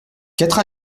quatre